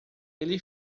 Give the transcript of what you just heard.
ele